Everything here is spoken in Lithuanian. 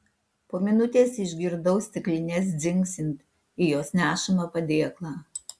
po minutės išgirdau stiklines dzingsint į jos nešamą padėklą